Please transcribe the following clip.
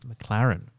McLaren